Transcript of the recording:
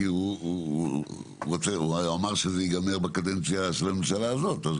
כי הוא אמר שזה ייגמר בקדנציה של הממשלה הזאת.